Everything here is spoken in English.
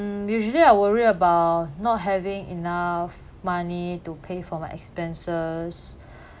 usually I worry about not having enough money to pay for my expenses